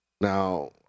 Now